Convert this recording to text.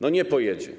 No nie pojedzie.